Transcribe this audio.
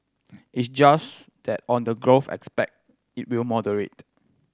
it's just that on the growth aspect it will moderate